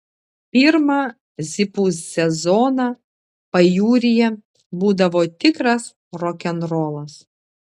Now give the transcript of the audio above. pirmą zipų sezoną pajūryje būdavo tikras rokenrolas